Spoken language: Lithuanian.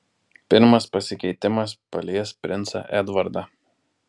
pirmas pasikeitimas palies princą edvardą